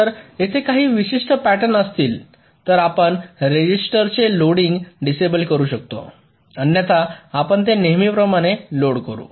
जर येथे काही विशिष्ट प्याटर्न असतील तर आपण रेझिस्टरचे लोडिंग डिसेबल करू शकतो अन्यथा आपण ते नेहमीप्रमाणे लोड करू